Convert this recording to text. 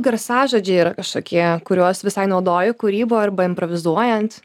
garsažodžiai yra kažkokie kuriuos visai naudoju kūryboj arba improvizuojant